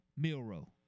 Milrow